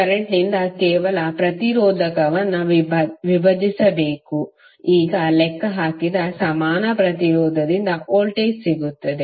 ಕರೆಂಟ್ನಿಂದ ಕೇವಲ ಪ್ರತಿರೋಧಕವನ್ನು ವಿಭಜಿಸಬೇಕು ಈಗ ಲೆಕ್ಕ ಹಾಕಿದ ಸಮಾನ ಪ್ರತಿರೋಧದಿಂದ ವೋಲ್ಟೇಜ್ ಸಿಗುತ್ತದೆ